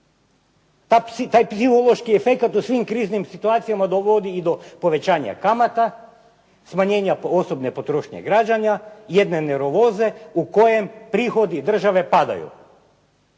taj psihološki efekat u svim kriznim situacijama dovodi i do povećanja kamata, smanjenja osobne potrošnje građana, jedne nervoze u kojem prihodi države padaju.